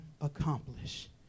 accomplish